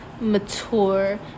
mature